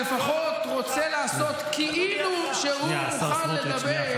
שלפחות רוצה לעשות כאילו שהוא מוכן לדבר,